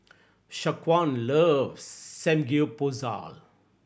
Shaquan loves Samgeyopsal